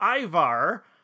Ivar